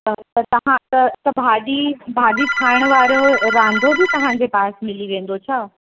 त त तव्हां त त भाॼी भाॼी ठाहिण वारो रांधो बि तव्हांजे पास मिली वेंदो छा